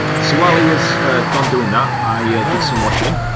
so while he was gone doing that i ah did some washing.